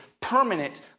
permanent